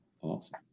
Awesome